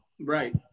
right